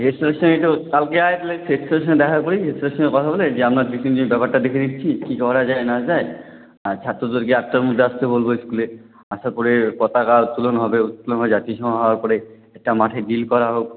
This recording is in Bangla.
হেড স্যারের সঙ্গে তো কালকে আয় তাহলে হেড স্যারের সঙ্গে দেখা করি হেড স্যারের সঙ্গে কথা বলে যে আমরা দুই তিনজন ব্যাপারটা দেখে নিচ্ছি কী করা যায় না যায় আর ছাত্রদেরকে আটটার মধ্যে আসতে বলবো ইস্কুলে আসার পরে পতাকা উত্তোলন হবে উত্তোলন হয়ে জাতীয় সং হওয়ার পরে একটা মাঠে ড্রিল করা হোক